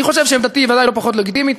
שאני חושב שעמדתי היא ודאי לא פחות לגיטימית.